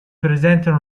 presentano